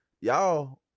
Y'all